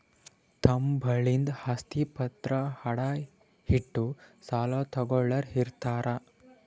ತಮ್ ಬಲ್ಲಿಂದ್ ಆಸ್ತಿ ಪತ್ರ ಅಡ ಇಟ್ಟು ಸಾಲ ತಗೋಳ್ಳೋರ್ ಇರ್ತಾರ